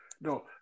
No